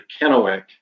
Kennewick